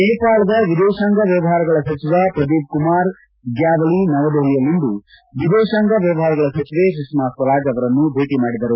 ನೇಪಾಳದ ಎದೇಶಾಂಗ ವ್ತವಪಾರಗಳ ಸಚಿವ ಪ್ರದೀಪ್ ಕುಮಾರ್ ಗ್ಭಾವಲಿ ನವದೆಸಲಿಯಲ್ಲಿಂದು ಎದೇಶಾಂಗ ವ್ತವಪಾರಗಳ ಸಚಿವೆ ಸುಷ್ಮಾ ಸ್ತರಾಜ್ ಅವರನ್ನು ಭೇಟಿ ಮಾಡಿದರು